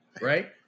right